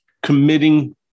committing